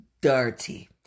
dirty